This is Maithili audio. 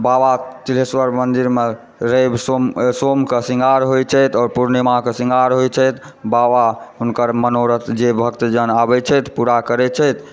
बाबा तिलहेश्वर मन्दिरमे रवि सोम सोमके श्रृंगार होइत छथि आओर पूर्णिमाके श्रृंगार होइत छथि बाबा हुनकर मनोरथ जे भक्तजन अबैत छथि पूरा करैत छथि